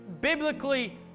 biblically